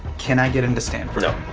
can i get into stanford? no.